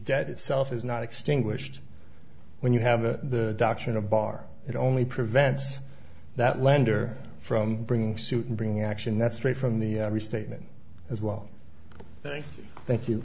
debt itself is not extinguished when you have a doctor in a bar it only prevents that lender from bringing suit bring action that's straight from the restatement as well thank you